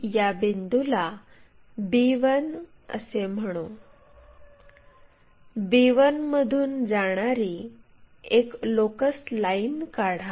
या बिंदूला b1 असे म्हणू b1 मधून जाणारी एक लोकस लाईन काढा